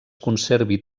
conservi